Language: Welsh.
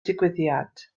digwyddiad